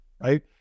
right